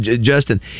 justin